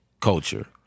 culture